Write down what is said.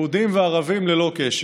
יהודים וערבים, ללא קשר.